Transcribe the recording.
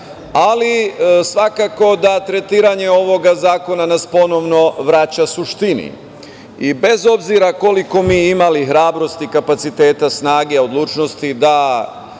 ali svakako da tretiranje ovog zakona nas ponovno vraća suštini. Bez obzira koliko mi imali hrabrosti, kapaciteta, snage, odlučnosti da